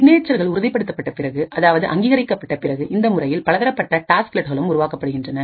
சிக்னேச்சர்கள் உறுதிப்படுத்தப்பட்ட பிறகு அதாவது அங்கீகரிக்கப்பட்ட பிறகு இந்த முறையில் பலதரப்பட்ட டாஸ்க் லெட்களும் உருவாக்கப்படுகின்றன